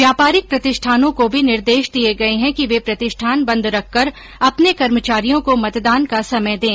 व्यापारिक प्रतिष्ठानों को भी निर्देश दिए गए है कि वे प्रतिष्ठान बंद रखकर अपने कर्मचारियों को मतदान का समय दें